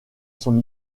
son